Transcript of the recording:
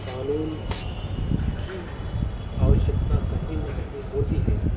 क़ानून की आवश्यकता कहीं ना कहीं होती ही है